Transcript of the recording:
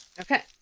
Okay